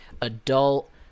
adult